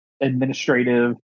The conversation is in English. administrative